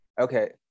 Okay